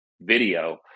video